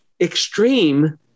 extreme